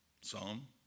Psalm